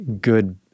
good